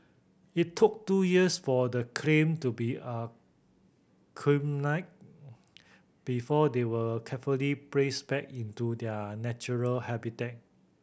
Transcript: it took two years for the clam to be before they were carefully praise back into their natural habitat